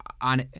on